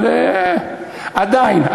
אבל עדיין,